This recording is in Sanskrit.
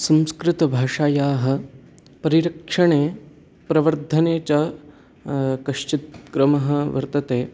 संस्कृतभाषायाः परिरक्षणे प्रवर्धने च कश्चित् क्रमः वर्तते